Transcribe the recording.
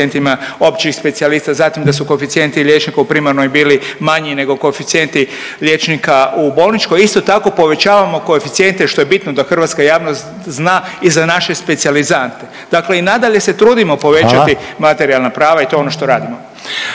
da su koeficijenti liječnika u primarnoj bili manji nego koeficijenti liječnika u bolničkoj. Isto tako povećavamo koeficijente što je bitno da hrvatska javnost zna i za naše specijalizante. Dakle, i nadalje se trudimo povećati …/Upadica Reiner: Hvala./… materijalna prava i to je ono to radimo.